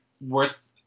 Worth